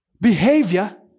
behavior